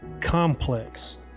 complex